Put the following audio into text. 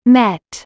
met